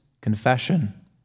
confession